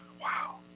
Wow